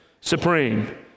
supreme